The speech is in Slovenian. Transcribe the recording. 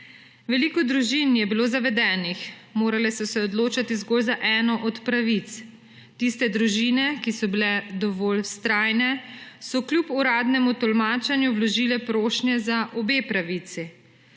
Veliko družin je bilo zavedenih, morale so se odločati zgolj za eno od pravic. Tiste družine, ki so bile dovolj vztrajne, so kljub uradnemu tolmačenju vložile prošnje za obe pravici.